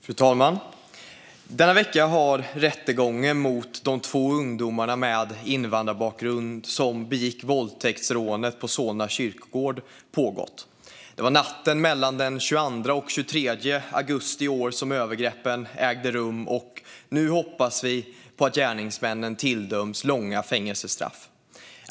Fru talman! Denna vecka har rättegången mot de två ungdomar med invandrarbakgrund som begick våldtäktsrånet på Solna kyrkogård pågått. Det var natten mellan den 22 och 23 augusti i år som övergreppen ägde rum, och nu hoppas vi att gärningsmännen döms till långa fängelsestraff.